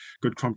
good